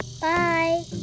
Bye